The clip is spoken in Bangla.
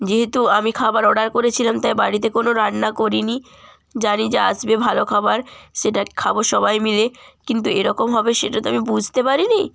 যেহেতু আমি খাবার অর্ডার করেছিলাম তাই বাড়িতে কোনো রান্না করিনি জানি যে আসবে ভালো খাবার সেটা খাবো সবাই মিলে কিন্তু এরকম হবে সেটা তো আমি বুঝতে পারিনি